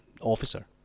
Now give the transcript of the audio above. officer